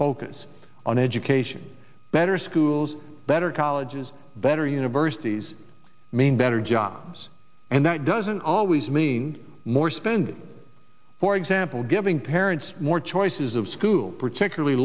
focus on education better schools better colleges better universities mean better jobs and that doesn't always mean more spending for example giving parents more choices of school particularly